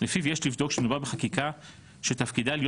לפיו יש לבדוק שמדובר בחקיקה שתפקידה להיות